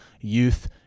youth